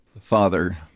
Father